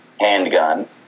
handgun